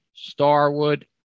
Starwood